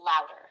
louder